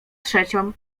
trzecią